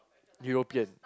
European